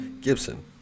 Gibson